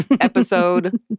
episode